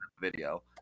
video